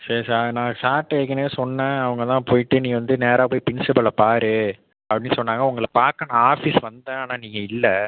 சரி சார் நான் சார்கிட்ட ஏற்கனவே சொன்னேன் அவங்க தான் போய்விட்டு நீ வந்து நேராக போய் ப்ரின்ஸிபல்லை பார் அப்படின் சொன்னாங்க உங்களை பார்க்க நான் ஆஃபிஸ் வந்தேன் ஆனால் நீங்கள் இல்லை